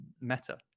meta